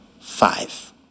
five